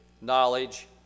knowledge